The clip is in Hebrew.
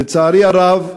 לצערי הרב,